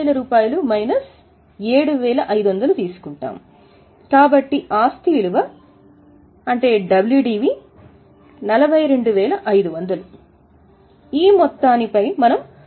7500 తీసుకుంటాము